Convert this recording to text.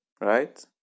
right